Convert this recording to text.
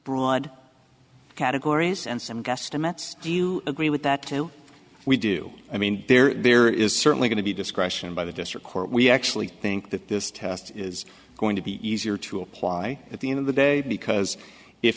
broad categories and some guesstimates do you agree with that we do i mean there is certainly going to be discretion by the district court we actually think that this test is going to be easier to apply at the end of the day because if